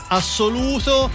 assoluto